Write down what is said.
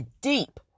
deep